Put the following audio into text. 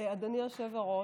אדוני היושב-ראש,